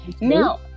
now